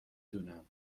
دونم